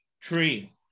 tree